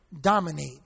dominate